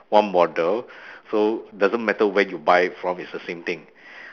one model so doesn't matter where you buy it from it's the same thing